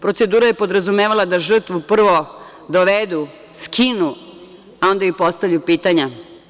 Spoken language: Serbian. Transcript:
Procedura je podrazumevala da žrtvu prvo dovedu, skinu, a onda im postavljaju pitanja.